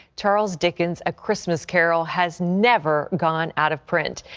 charles dickens a christmas carol, has never gone out of print.